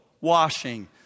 washing